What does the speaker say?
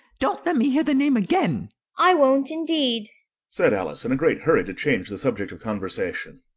don't let me hear the name again i won't indeed said alice, in a great hurry to change the subject of conversation.